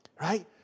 right